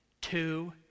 Two